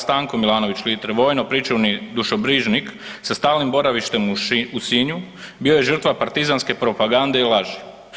Stanko Milanović Litre, vojno pričuvni dušobrižnik sa stalnim boravištem u Sinju bio je žrtva partizanske propagande i laži.